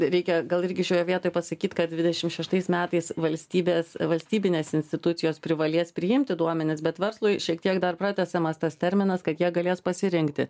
reikia gal irgi šioje vietoje pasakyt kad dvidešimt šeštais metais valstybės valstybinės institucijos privalės priimti duomenis bet verslui šiek tiek dar pratęsiamas tas terminas kad jie galės pasirengti